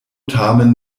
tamen